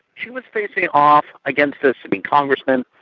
she was facing off against a sitting congressman,